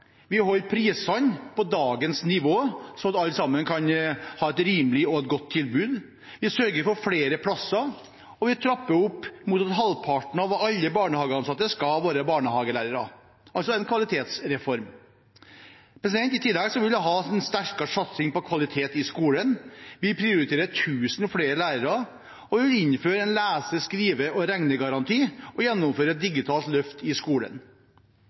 Vi holder prisene på dagens nivå, slik at alle kan ha et rimelig og godt tilbud, vi sørger for flere plasser, og vi trapper opp med mål om at halvparten av alle barnehageansatte skal være barnehagelærere – altså en kvalitetsreform. I tillegg vil vi ha en sterkere satsing på kvalitet i skolen. Vi prioriterer 1 000 flere lærere, og vi vil innføre en lese-, skrive- og regnegaranti og gjennomføre et digitalt løft i skolen.